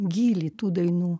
gylį tų dainų